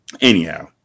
Anyhow